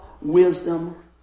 wisdom